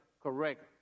correct